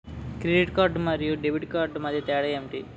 Credit card మరియు debit card మధ్య తేడా ఎంటి?